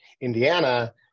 Indiana